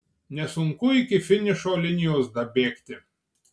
nesunku iki finišo linijos dabėgti